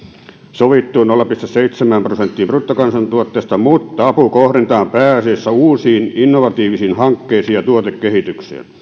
sovittuun nolla pilkku seitsemään prosenttiin bruttokansantuotteesta mutta apu kohdennetaan pääasiassa uusiin innovatiivisiin hankkeisiin ja tuotekehitykseen